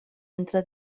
entra